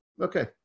Okay